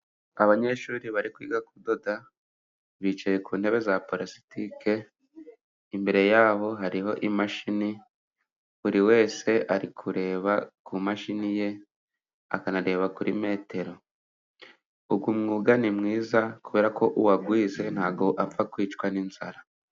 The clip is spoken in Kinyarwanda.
Abanyeshuri bari kwiga kudoda bicaye ku ntebe za palasitike. Imbere yabo hariho imashini. Buri wese ari kureba kumashini ye, akanareba kuri metero. Uyu umwuga ni mwiza kubera ko uwawize ntabwo apfa kwicwa n'inzara.